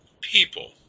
people